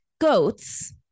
goats